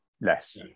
less